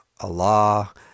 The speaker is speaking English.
Allah